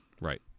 Right